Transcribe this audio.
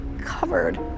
covered